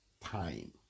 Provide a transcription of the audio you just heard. time